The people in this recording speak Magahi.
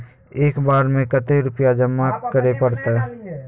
एक बार में कते रुपया जमा करे परते?